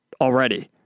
already